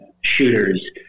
shooters